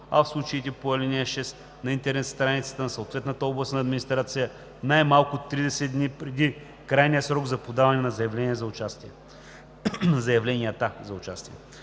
а в случаите по ал. 6 – на интернет страницата на съответната областна администрация, най-малко 30 дни преди крайния срок за подаване на заявленията за участие.“